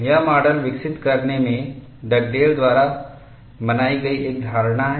यह माडल विकसित करने में डगडेल द्वारा बनाई गई एक धारणा है